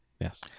Yes